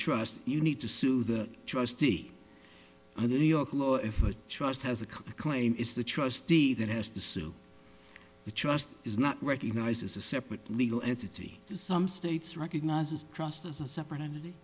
trust you need to sue the trustee under new york law if a trust has a claim is the trustee that has to sue the trust is not recognized as a separate legal entity some states recognizes trust as a separate entity